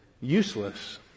Useless